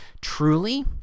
truly